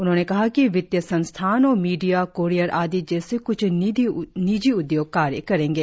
उन्होंने कहा कि वित्तीय संस्थान और मीडिया क्रियर आदि जैसे क्छ निजी उद्योग कार्य करेंगे